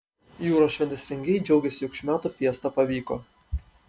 jūros šventės rengėjai džiaugiasi jog šių metų fiesta pavyko